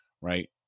right